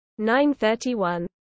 931